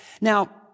Now